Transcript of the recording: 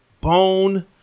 Bone